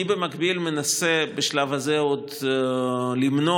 במקביל אני מנסה בשלב הזה עוד למנוע,